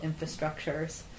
infrastructures